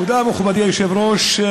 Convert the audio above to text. מכובדי היושב-ראש.